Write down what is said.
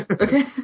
Okay